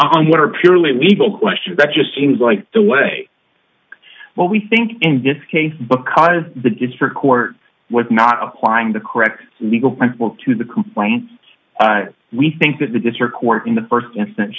on what are purely legal questions that just seems like the way well we think in this case because the district court was not applying the correct legal principle to the complaints we think that the district court in the st instan